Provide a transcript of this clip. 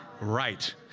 Right